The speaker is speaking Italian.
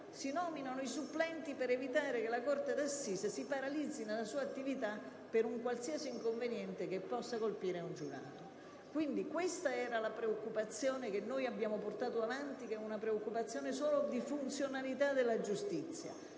si nominano i supplenti per evitare che la corte d'assise si paralizzi nella sua attività per un qualsiasi inconveniente che possa colpire un giurato. Questa è la preoccupazione che abbiamo portato avanti e che concerne solo la funzionalità della giustizia,